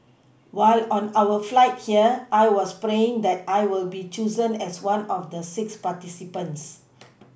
while on our flight here I was praying that I will be chosen as one of the six participants